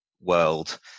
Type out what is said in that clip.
world